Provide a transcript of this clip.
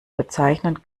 bezeichnen